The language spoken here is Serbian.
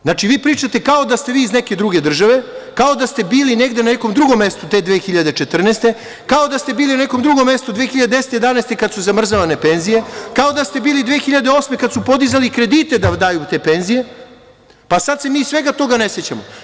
Znači, vi pričate kao da ste vi iz neke druge države, kao da ste bili negde na nekom drugom mestu te 2014. godine, kao da ste bili na nekom drugom mestu 2010. i 2011. godine kada su zamrzavane penzije, kao da ste bili 2008. godine kada su podizali kredite da daju te penzije, pa sad se mi svega toga ne sećamo.